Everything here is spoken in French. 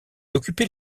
occupait